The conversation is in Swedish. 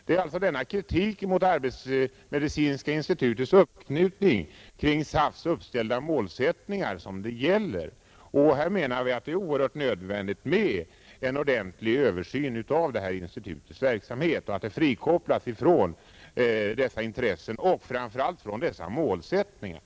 Det är alltså denna kritik mot arbetsmedicinska institutets uppknytning kring SAF:s uppställda målsättningar som det gäller. Det är helt nödvändigt att en översyn görs av detta institituts verksamhet och att det frikopplas från dessa intressen och framför allt från dessa målsättningar.